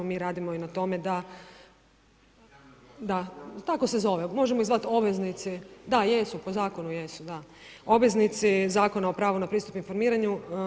Mi radimo i na tome da …… [[Upadica sa strane, ne razumije se.]] da, tako se zove, možemo ih zvati obveznici …… [[Upadica sa strane, ne razumije se.]] da, jesu, po zakonu jesu, da, obveznici Zakona o pravo na pristup informiranju.